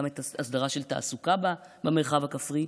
גם את ההסדרה של תעסוקה במרחב הכפרי,